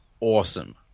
awesome